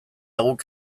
guk